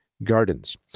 gardens